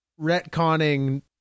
retconning